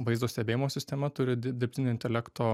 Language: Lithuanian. vaizdo stebėjimo sistema turi dirbtinio intelekto